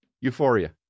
Euphoria